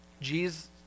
Jesus